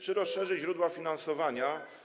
Czy rozszerzyć źródła finansowania?